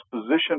position